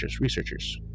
researchers